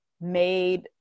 made